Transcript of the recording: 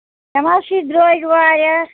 ژےٚ ما چھِی درٛج واریاہ